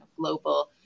global